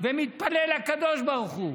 ומתפלל לקדוש ברוך הוא,